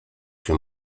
się